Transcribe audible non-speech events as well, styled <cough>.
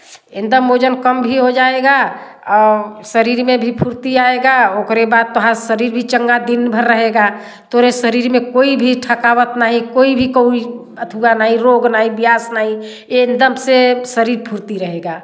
एकदम ओजन कम भी हो जाएगा और शरीर में भी फुर्ती आएगा ओकरे बाद तोहार शरीर भी चंगा दिन भर रहेगा तोरे शरीर में कोई भी थकावट नहीं कोई भी कोई <unintelligible> नहीं रोग नहीं <unintelligible> एकदम से शरीर फुर्ती रहेगा